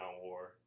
War